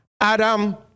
Adam